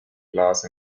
glass